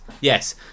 Yes